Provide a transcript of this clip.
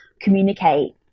communicate